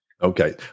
Okay